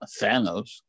thanos